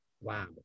wow